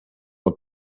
een